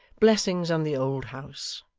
blessings on the old house,